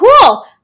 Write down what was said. Cool